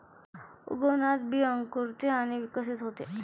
उगवणात बी अंकुरते आणि विकसित होते